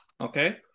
Okay